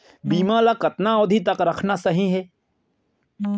बीमा ल कतना अवधि तक रखना सही हे?